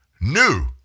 new